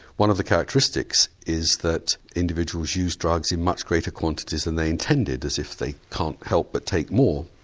one of the characteristics is that individuals use drugs in much greater quantities than they intended as if they can't help but take more.